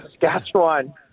Saskatchewan